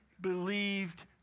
believed